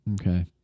Okay